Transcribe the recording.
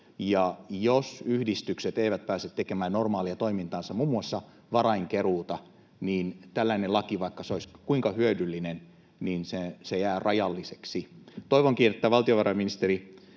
jos yhdistykset eivät pääse tekemään normaalia toimintaansa, muun muassa varainkeruuta, niin tällainen laki, vaikka se olisi kuinka hyödyllinen, jää rajalliseksi. Toivonkin, että valtiovarainministeri